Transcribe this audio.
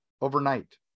overnight